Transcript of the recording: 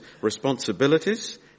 responsibilities